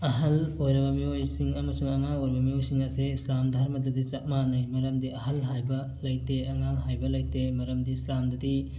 ꯑꯍꯟ ꯑꯣꯏꯔꯕ ꯃꯤꯑꯣꯏꯁꯤꯡ ꯑꯃꯁꯨꯡ ꯑꯉꯥꯡ ꯑꯣꯏꯔꯤꯕ ꯃꯤꯑꯣꯏꯁꯤꯡ ꯑꯁꯤ ꯏꯁꯂꯥꯝ ꯙꯔꯃꯗꯗꯤ ꯆꯞ ꯃꯥꯟꯅꯩ ꯃꯔꯝꯗꯤ ꯑꯍꯜ ꯍꯥꯏꯕ ꯂꯩꯇꯦ ꯑꯉꯥꯡ ꯍꯥꯏꯕ ꯂꯩꯇꯦ ꯃꯔꯝꯗꯤ ꯏꯁꯂꯥꯝꯗꯗꯤ